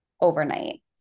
overnight